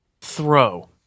throw—